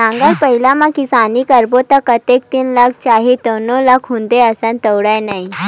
नांगर बइला म किसानी करबो त कतका दिन लाग जही तउनो ल गुने हस धुन नइ